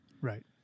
Right